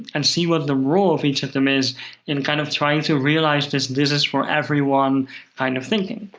and see what the role of each of them is in kind of trying to realize this this is for everyone kind of thinking.